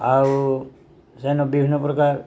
ଆଉ ସେନ ବିଭିନ୍ନ ପ୍ରକାର